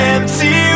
Empty